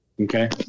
Okay